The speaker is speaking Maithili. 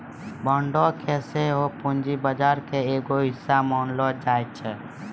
बांडो के सेहो पूंजी बजार के एगो हिस्सा मानलो जाय छै